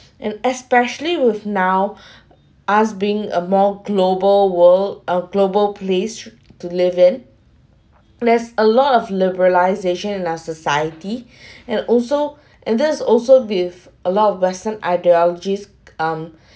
and especially with now as being a more global world uh global place to live in there's a lot of liberalization in our society and also and there's also with a lot of western ideologies um